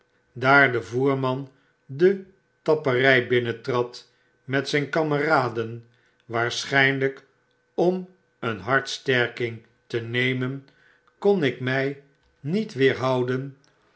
daar de voerman de tappery binnentrad met zyn kameraden waarschynlyk om een hartsterking te nemen kon ik mij niet weerhouden